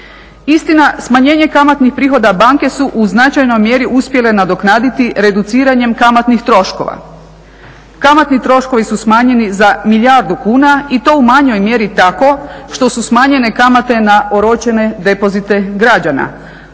Istina, smanjenje kamatnih prihoda banke su u značajnoj mjeri uspjele nadoknaditi reduciranjem kamatnih troškova. Kamatni troškovi su smanjeni za milijardu kuna i to u manjoj mjeri tako što su smanjene kamate na oročene depozite građana,